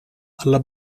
alla